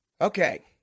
Okay